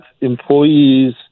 employees